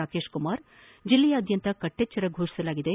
ರಾಕೇಶ್ ಕುಮಾರ್ ಜಿಲ್ಲೆಯಾದ್ದಂತ ಕಟ್ವೆಚ್ಚರ ಫೋಷಿಸಲಾಗಿದೆ